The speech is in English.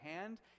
hand